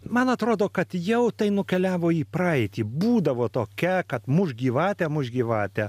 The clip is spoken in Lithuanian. man atrodo kad jau tai nukeliavo į praeitį būdavo tokia kad mušk gyvatę mušk gyvatę